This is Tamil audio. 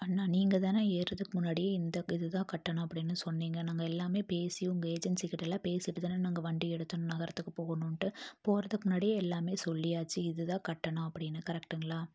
அண்ணா நீங்கள் தானே ஏறுவதுக்கு முன்னாடியே இந்த இதுதான் கட்டணம் அப்படின்னு சொன்னீங்க நாங்கள் எல்லாமே பேசி உங்கள் ஏஜென்சி கிட்டேலாம் பேசிகிட்டு தானே நாங்கள் வண்டி எடுத்தோம் நகரத்துக்கு போகணுன்ட்டு போகிறதுக்கு முன்னாடியே எல்லாமே சொல்லியாச்சு இதுதான் கட்டணம் அப்படின்னு கரெக்டுங்களா